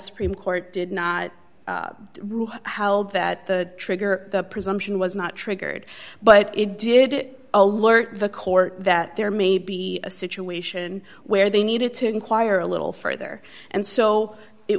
supreme court did not rule how that the trigger the presumption was not triggered but it did it alert the court that there may be a situation where they needed to inquire a little further and so it